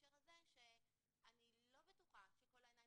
בהקשר הזה אני רוצה להדגיש שאני לא בטוחה שכל העיניים